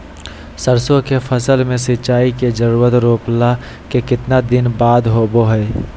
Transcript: सरसों के फसल में सिंचाई के जरूरत रोपला के कितना दिन बाद होबो हय?